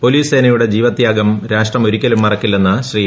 police സേനയുടെ ജീവതൃാഗം രാഷ്ട്രം ഒരിക്കലും മറക്കില്ലെന്ന് ശ്രീ